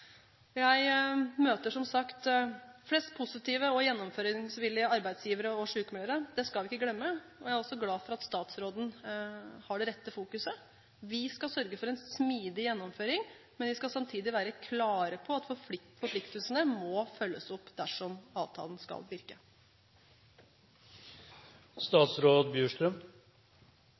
Jeg møter som sagt flest positive og gjennomføringsvillige arbeidsgivere og sykmeldere. Det skal vi ikke glemme. Jeg er også glad for at statsråden har det rette fokuset. Vi skal sørge for en smidig gjennomføring, men vi skal samtidig være klare på at forpliktelsene må følges opp dersom avtalen skal